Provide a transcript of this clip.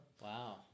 wow